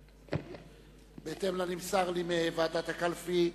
בהתאם לנמסר לי מוועדת הקלפי,